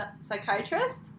psychiatrist